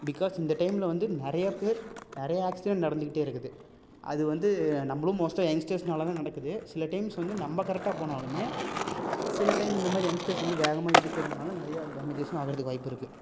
because இந்த டைமில் வந்து நிறைய பேர் நிறைய ஆக்சிடென்ட் நடந்துக்கிட்டே இருக்குது அது வந்து நம்மளும் மோஸ்ட்டாக யங்ஸ்டர்ஸ்னால் தான் நடக்குது சில டைம்ஸ் வந்து நம்ம கரெக்டாக போனாலுமே சில டைம் இந்தமாதிரி யங்ஸ்டர்ஸ் வந்து வேகமாக இடிக்கிறதுனால் நிறையா டேமேஜஸும் ஆகுறதுக்கு வாய்ப்புருக்குது